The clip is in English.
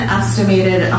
estimated